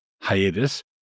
hiatus